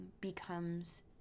becomes